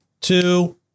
two